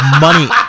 money